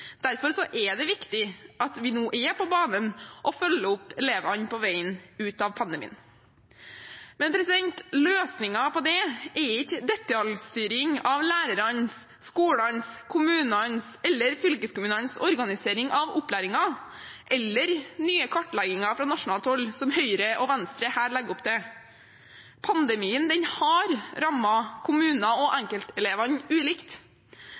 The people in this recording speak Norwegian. er det viktig at vi nå er på banen og følger opp elevene på veien ut av pandemien. Men løsningen på det er ikke detaljstyring av lærerne, skolen, kommunene eller fylkeskommunenes organisering av opplæringen eller nye kartlegginger fra nasjonalt hold, som Høyre og Venstre her legger opp til. Pandemien har rammet kommuner og enkeltelevene ulikt,